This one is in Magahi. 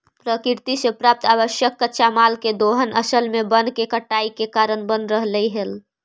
प्रकृति से प्राप्त आवश्यक कच्चा माल के दोहन असल में वन के कटाई के कारण बन रहले हई